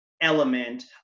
element